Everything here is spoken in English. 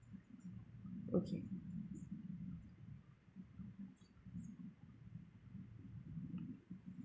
okay